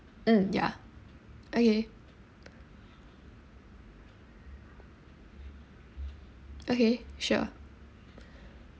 mm ya okay okay sure